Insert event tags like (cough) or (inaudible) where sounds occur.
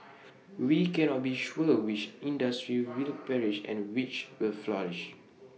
we cannot be sure which industries (noise) will perish and which will flourish